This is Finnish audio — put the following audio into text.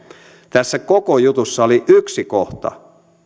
tässä koko jutussa oli yksi kohta